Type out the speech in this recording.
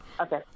okay